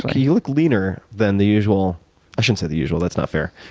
but you look leaner than the usual i shouldn't say the usual. that's not fair.